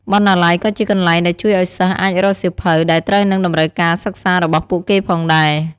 បណ្ណាល័យក៏ជាកន្លែងដែលជួយឲ្យសិស្សអាចរកសៀវភៅដែលត្រូវនឹងតម្រូវការសិក្សារបស់ពួកគេផងដែរ។